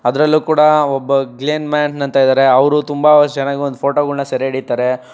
ಅದರಲ್ಲೂ ಕೂಡ ಒಬ್ಬ ಗ್ಲೇನ್ ಮ್ಯಾನ್ ಅಂತ ಇದ್ದಾರೆ ಅವರು ತುಂಬ ಚೆನ್ನಾಗಿ ಒಂದು ಫೋಟೊಗಳನ್ನ ಸೆರೆಹಿಡಿತಾರೆ